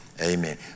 Amen